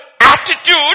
attitude